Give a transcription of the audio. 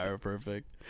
Perfect